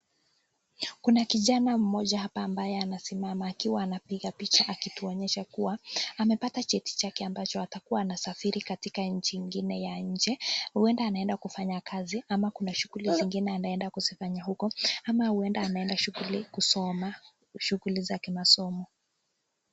Kuna kijana mmoja hapa ambaye anasimama akiwa anapiga picha akituonyesha kuwa amepata cheti chake ambacho atakuwa anasafiri katika nchi ingine ya nje. Huenda anaenda kufanya kazi ama kuna shughuli zingine anaenda kuzifanya huko, ama huenda anaenda shughuli kusoma, shughuli za kimasomo.